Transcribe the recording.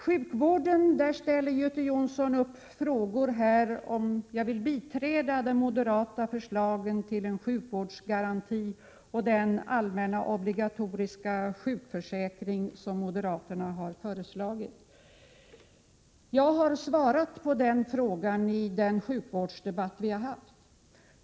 När det gäller sjukvården frågar Göte Jonsson om jag vill biträda de moderata förslagen till en sjukvårdsgaranti. Det gäller också den allmänna obligatoriska sjukförsäkring som moderaterna har föreslagit. Jag har svarat på den frågan i den sjukvårdsdebatt som vi har haft.